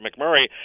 McMurray